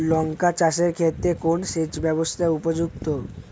লঙ্কা চাষের ক্ষেত্রে কোন সেচব্যবস্থা উপযুক্ত?